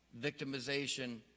victimization